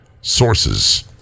Sources